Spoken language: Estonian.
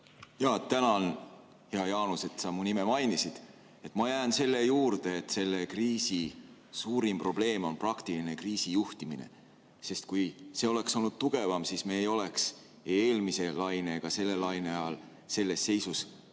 palun! Tänan, hea Jaanus, et sa mu nime mainisid! Ma jään selle juurde, et selle kriisi suurim probleem on praktiline kriisijuhtimine. Kui see oleks olnud tugevam, siis me ei oleks ei eelmise laine ega selle laine ajal selles seisus,